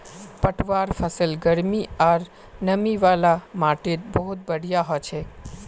पटवार फसल गर्मी आर नमी वाला माटीत बहुत बढ़िया हछेक